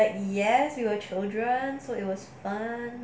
like yes we were children so it was fun